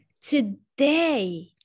today